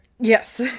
Yes